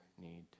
need